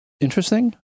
interesting